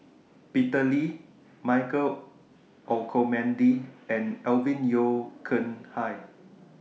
Peter Lee Michael Olcomendy and Alvin Yeo Khirn Hai